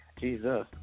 Jesus